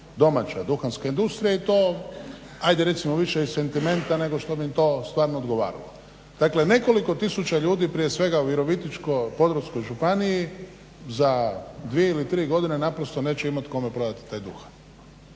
domaća duhanska industrija i to hajde recimo više iz sentimenta nego što mi je to stvarno odgovaralo. Dakle, nekoliko tisuća ljudi prije svega u Virovitičko-podravskoj županiji za 2 ili 3 godine naprosto neće imati kome prodati taj duhan.